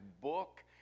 book